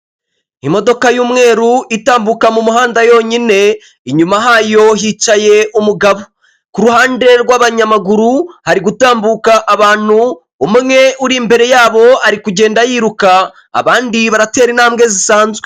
Imodoka y'umweru itambuka mu muhanda yonyine, inyuma hayo hicaye umugabo. Ku ruhande rw'abanyamaguru hari gutambuka abantu, umwe uri imbere yabo ari kugenda yiruka, abandi baratera intambwe zisanzwe.